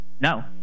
No